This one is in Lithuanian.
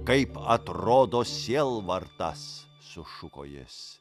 kaip atrodo sielvartas sušuko jis